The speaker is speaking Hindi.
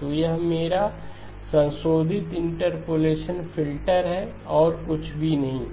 तो यह मेरा संशोधित इंटरपोलेशन फ़िल्टर है और कुछ भी नहीं